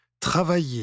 travailler